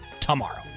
tomorrow